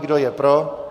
Kdo je pro?